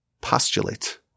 postulate